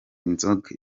inzoga